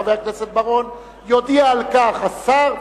חבר הכנסת בר-און: יודיע על כך השר,